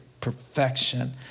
perfection